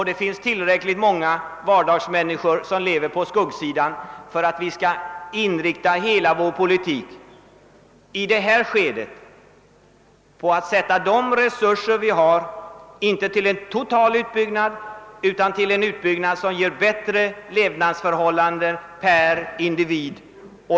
Det finns tillräckligt många vardagsmänniskor som lever på skuggsidan för att vi i detta skede skall inrikta hela vår politik på att använda de resurser vi har, inte på en total utbyggnad utan till en utbyggnad som ger bättre levnadsförhållanden per individ.